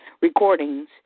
recordings